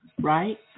right